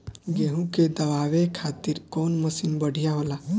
गेहूँ के दवावे खातिर कउन मशीन बढ़िया होला?